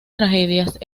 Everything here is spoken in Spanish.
tragedias